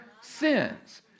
sins